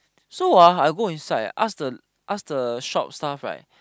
so ah I go inside I ask the ask the shop staff right